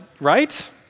Right